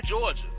Georgia